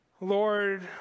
Lord